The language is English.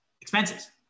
expenses